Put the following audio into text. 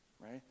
right